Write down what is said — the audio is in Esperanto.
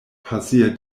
pasia